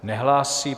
Nehlásí.